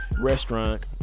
restaurant